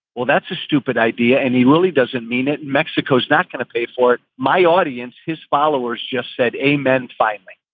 well, that's a stupid idea. and he really doesn't mean it. mexico's not going to pay for it. my audience, his followers just said a man, finally